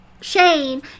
Shane